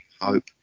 Hope